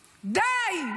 די,